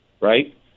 right